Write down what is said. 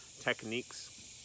techniques